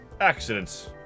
Accidents